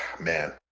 Man